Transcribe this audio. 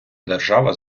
держава